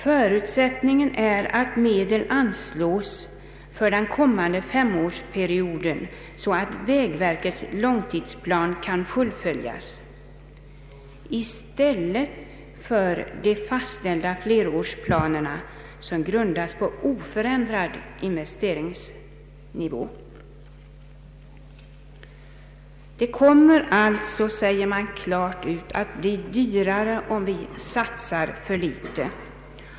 Förutsättningen är att medel anslås för den kommande femårsperioden så att vägverkets långtidsplan kan fullföljas i stället för de fastställda flerårsplanerna som grundas på oförändrad investeringsnivå.” Det kommer alltså, säger man klart ifrån, att bli mycket dyrare om vi satsar för litet.